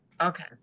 okay